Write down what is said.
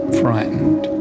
frightened